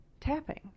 tapping